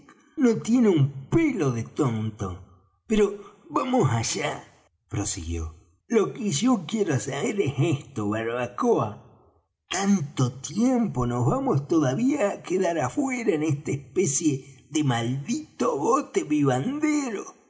no tiene un pelo de tonto pero vamos allá prosiguió lo que yo quiero saber es esto barbacoa tanto tiempo nos vamos todavía á quedar afuera en esta especie de maldito bote vivandero